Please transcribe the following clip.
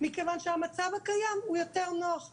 מכיוון שהמצב הקיים הוא יותר נוח להם.